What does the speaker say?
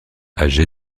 âgé